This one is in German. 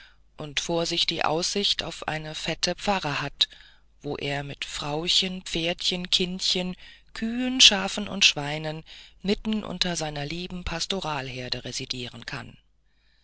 und vor sich die aussicht auf eine fette pfarre hat wo er mit frauchen pferdchen kindchen kühen schafen und schweinen mitten unter seiner lieben pastoralherde residieren kann